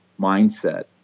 mindset